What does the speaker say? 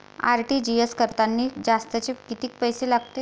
RTGS करतांनी जास्तचे कितीक पैसे लागते?